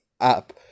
app